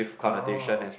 oh okay